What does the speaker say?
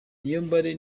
niyombare